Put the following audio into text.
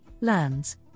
lands